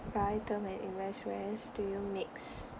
life term and investments do you mix